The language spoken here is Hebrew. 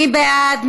מי בעד?